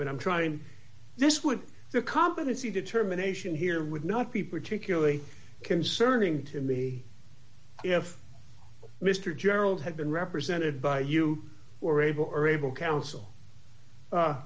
but i'm trying this with the competency determination here would not be particularly concerning to me if mr gerald had been represented by you or able or able counsel